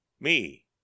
Me